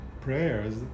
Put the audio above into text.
prayers